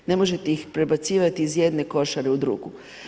Ne možete ih prebacivati iz jedne košare u drugu.